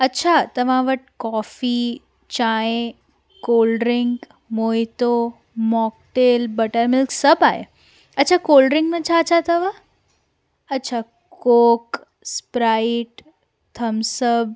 अच्छा तव्हां वटि कॉफ़ी चांहि कोल्ड्रिंक मोइतो मॉकटेल बटरमिल्क सभु आहे अच्छा कोल्ड्रिंक में छा छा अथव अच्छा कोक स्प्राइट थम्सब